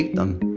them.